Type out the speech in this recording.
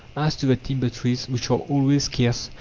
as to the timber-trees, which are always scarce,